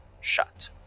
shut